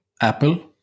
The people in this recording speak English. Apple